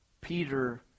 Peter